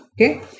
okay